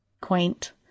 quaint